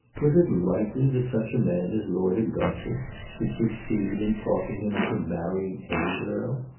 was it likely that such a man as lord augustus should succeed in talking him into marrying any girl?